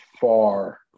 far